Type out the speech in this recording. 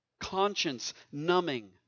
conscience-numbing